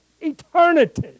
eternity